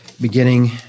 beginning